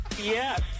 Yes